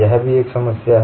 यह भी एक समस्या है